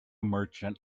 merchant